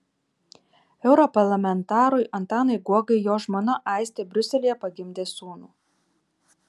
europarlamentarui antanui guogai jo žmona aistė briuselyje pagimdė sūnų